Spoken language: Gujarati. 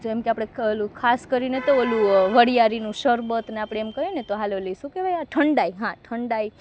જેમકે આપણે ઓલું ખાસ કરીને તો ઓલું વરિયાળીનું શરબત આપણે એમ કહીએને તો હાલે ઓલી શું કહેવાય ઠંડાઈ હા ઠંડાઈ